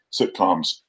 sitcoms